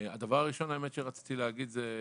הדבר הראשון שרציתי להגיד זה,